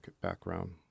background